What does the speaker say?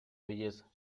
belleza